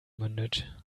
mündet